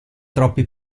troppi